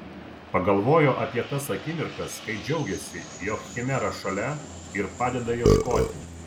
pagalvojo apie tas akimirkas kai džiaugėsi jog chimera šalia ir padeda ieškoti